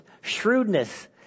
shrewdness